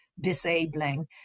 disabling